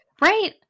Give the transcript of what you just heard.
right